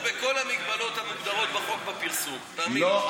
עמדו בכל ההגבלות המוגדרות בחוק בפרסום, תאמין לי.